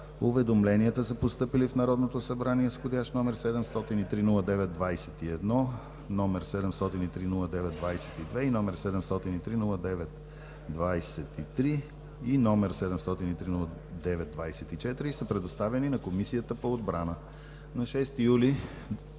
Уведомленията са постъпили в Народното събрание с входящи номера: 703-09-21, 703-09-22, 703-09-23 и 703-09-24 и са предоставени на Комисията по отбрана. На 6 юли